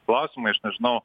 klausimai aš nežinau